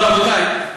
אבל, רבותי,